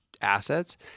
assets